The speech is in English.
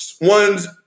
one's